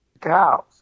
cows